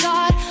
God